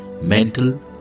mental